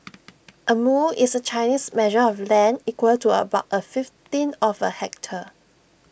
A mu is A Chinese measure of land equal to about A fifteenth of A hectare